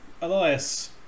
Elias